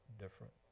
different